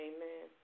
Amen